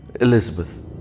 Elizabeth